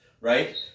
right